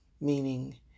Meaning